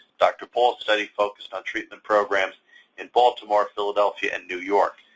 dr ball's study focused on treatment programs in baltimore, philadelphia, and new york.